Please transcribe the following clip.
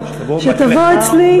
"שתבוא אצלי,